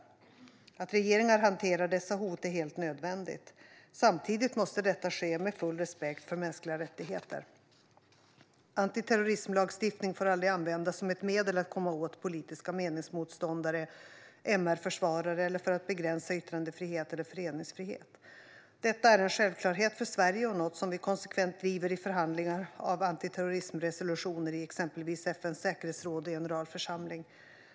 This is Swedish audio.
Att regeringar hanterar dessa hot är helt nödvändigt. Samtidigt måste detta ske med full respekt för mänskliga rättigheter. Antiterrorismlagstiftning får aldrig användas som ett medel att komma åt politiska meningsmotståndare, MR-försvarare eller för att begränsa yttrandefrihet eller föreningsfrihet. Detta är en självklarhet för Sverige och något som vi konsekvent driver i förhandlingar om antiterrorismresolutioner i exempelvis FN:s säkerhetsråd och generalförsamling.